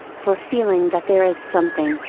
for feeling that there is something,